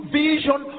vision